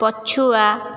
ପଛୁଆ